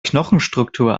knochenstruktur